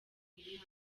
iri